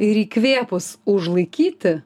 ir įkvėpus užlaikyti